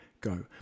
go